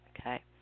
okay